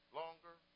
longer